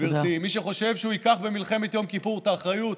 גברתי: מי שחושב שהוא ייקח במלחמת יום כיפור את האחריות